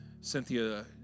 Cynthia